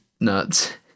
Nuts